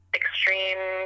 extreme